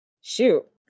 Shoot